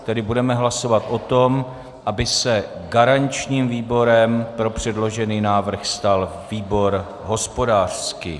Tedy budeme hlasovat o tom, aby se garančním výborem pro předložený návrh stal výbor hospodářský.